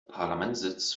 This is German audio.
parlamentssitz